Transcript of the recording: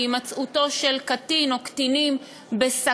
במקרים שבהם יש חשש להימצאות של קטין או קטינים בסכנה,